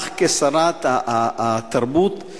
לך כשרת התרבות,